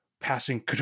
passing